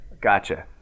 Gotcha